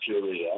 Syria